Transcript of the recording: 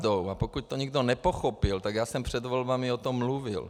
A pokud to někdo nepochopil, tak jsem před volbami o tom mluvil.